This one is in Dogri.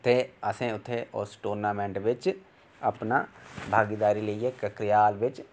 ते असें उत्थै टूर्नामेंट बिच्च अपना भागीदारी लेइये करकयाल बिच्च